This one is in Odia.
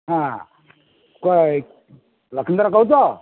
ହଁ କୁହ ଲକ୍ଷ୍ମୀଧର କହୁଛ